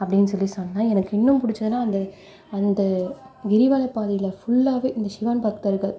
அப்டின்னு சொல்லி சொன்னேன் எனக்கு இன்னும் பிடிச்சதுனால் அந்த அந்த கிரிவலப்பாதையில் ஃபுல்லாகவே இந்த சிவன் பக்தர்கள்